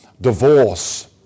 divorce